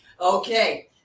Okay